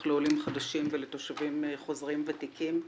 לעולים חדשים ולתושבים חוזרים ותיקים,